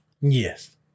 yes